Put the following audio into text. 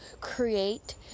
create